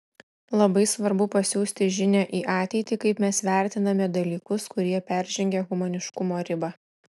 labai svarbu pasiųsti žinią į ateitį kaip mes vertiname dalykus kurie peržengė humaniškumo ribą